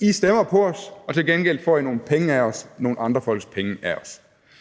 I stemmer på os, og til gengæld får I nogle penge af os, nogle andre folks penge.